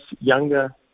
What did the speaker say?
younger